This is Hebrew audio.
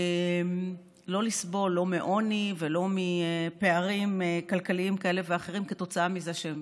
לא לסבול לא מעוני ולא מהפערים כלכליים כאלה ואחרים כתוצאה מכך שהם